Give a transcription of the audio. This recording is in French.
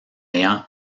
ayant